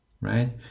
right